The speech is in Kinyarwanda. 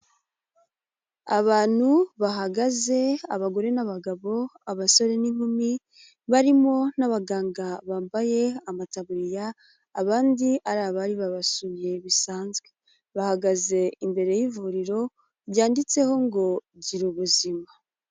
Abantu bahagaze, abagore n'abagabo, abasore n'inkumi, barimo n'abaganga bambaye amataburiya, abandi ari abari babasuye bisanzwe, bahagaze imbere y'ivuriro ryanditseho ''ngo gira ubuzima.''